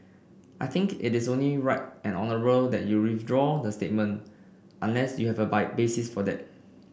I think it is only right and honourable that you withdraw the statement unless you have a by basis for that